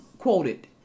quoted